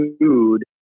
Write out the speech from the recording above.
food